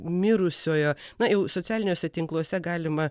mirusiojo na jau socialiniuose tinkluose galima